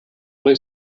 plej